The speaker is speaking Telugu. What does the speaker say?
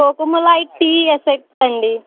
కొళుక్కుమలై టీ ఎస్టేట్ అండి